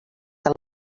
del